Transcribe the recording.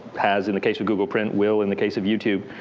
as in the case of google print. will in the case of youtube.